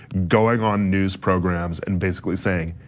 going on news programs and basically saying,